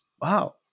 Wow